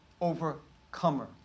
overcomer